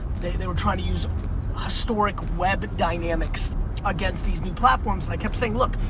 they they were trying to use historic web dynamics against these new platforms. i kept saying look,